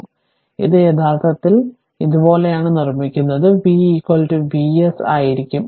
അതിനാൽ ഇത് യഥാർത്ഥത്തിൽ ഞാൻ ഇതുപോലെയാണ് നിർമ്മിക്കുന്നത് v Vs ആയിരിക്കും